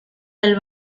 del